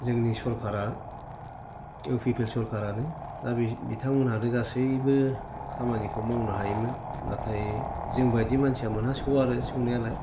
जोंनि सरखारा U P P L सरखारानो दा बिथांमोनहानो गासैबो खामानिखौ मावनो हायोमोन नाथाय जोंबायदि मानसिया मोनहासौवा आरो सौनायालाय